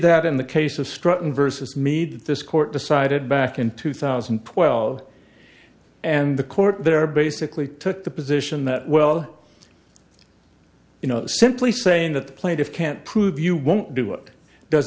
that in the case of stratton vs meade this court decided back in two thousand and twelve and the court there basically took the position that well you know simply saying that the plaintiffs can't prove you won't do it does